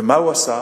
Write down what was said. ומה הוא עשה?